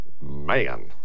Man